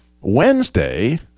Wednesday